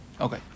Okay